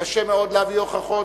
קשה מאוד להביא הוכחות,